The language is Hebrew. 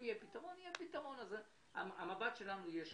אם יהיה פתרון המבט שלנו יהיה שונה.